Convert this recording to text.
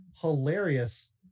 hilarious